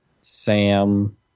Sam